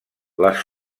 les